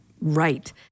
right